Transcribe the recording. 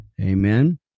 Amen